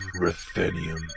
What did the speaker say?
Ruthenium